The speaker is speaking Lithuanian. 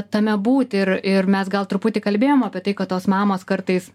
tame būti ir ir mes gal truputį kalbėjom apie tai kad tos mamos kartais